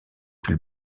plus